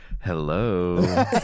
hello